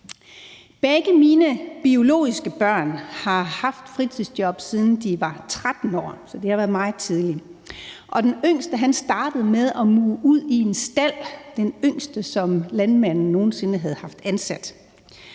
Begge mine biologiske børn har haft fritidsjob, siden de var 13 år, så det har været meget tidlig, og den yngste startede med at muge ud i en stald; den yngste, som landmanden nogen sinde havde haft ansat.